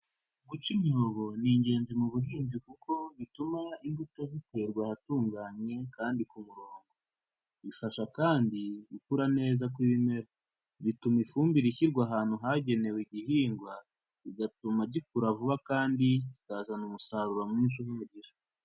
Guca imyobo ni ingenzi mu buhinzi kuko bituma imbuto ziterwa ahatunganye, kandi ku murongo. Bifasha kandi, gukura neza kw'ibimera. Bituma ifumbire ishyirwa ahantu hagenewe igihingwa, bigatuma gikura vuba kandi kikazana umusaruro mwinshi n'umugisha.